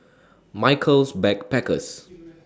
Michaels Backpackers